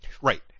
Right